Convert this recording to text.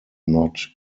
not